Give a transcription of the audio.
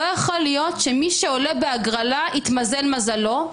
לא יכול להיות שמי שעולה בהגרלה התמזל מזלו.